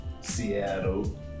Seattle